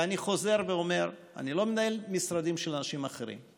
ואני חוזר ואומר: אני לא מנהל משרדים של אנשים אחרים,